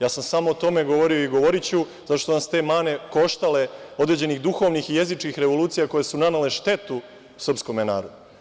Ja sam samo o tome govorio i govoriću, zato što su nas te mane koštale određenih duhovnih i jezičkih revolucija koje su nanele štetu srpskom narodu.